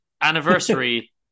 anniversary